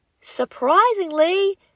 surprisingly